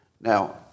Now